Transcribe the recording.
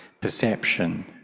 perception